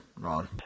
Ron